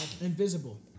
invisible